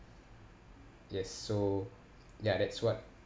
yes so ya that's what